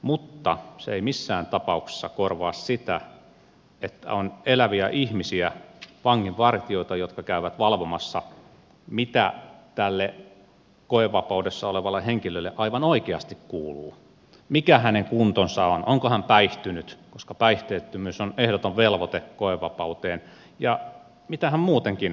mutta se ei missään tapauksessa korvaa sitä että on eläviä ihmisiä vanginvartijoita jotka käyvät valvomassa mitä tälle koevapaudessa olevalle henkilölle aivan oikeasti kuuluu mikä hänen kuntonsa on onko hän päihtynyt koska päihteettömyys on ehdoton velvoite koevapauteen ja mitä hän muutenkin miettii